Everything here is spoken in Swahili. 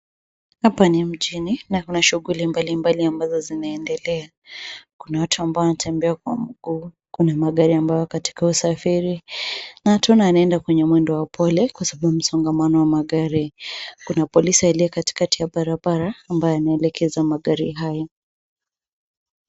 Hapa ni mjini, na kuna shughuli mbalimbali ambazo zinaendelea. Kuna watu ambao wanatembea kwa mguu, kuna magari ambayo yako katika usafiri. Na tunaona anaenda kwenye mwendo wa upole, kwa sababu ya msongamano wa magari. Kuna polisi aliye katikati ya barabara, ambaye anaelekeza magari haya.